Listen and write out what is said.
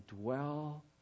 dwell